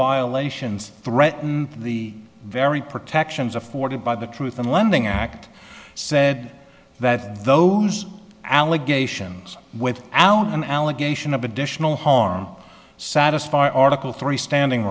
violations threaten the very protections afforded by the truth in lending act said that those allegations without an allegation of additional harm satisfy article three standing